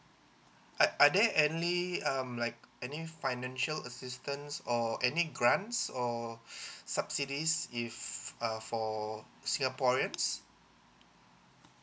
are are there any um like any financial assistance or any grants or subsidies if uh for singaporeans